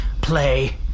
play